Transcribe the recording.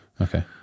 okay